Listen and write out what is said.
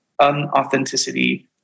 unauthenticity